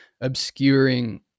obscuring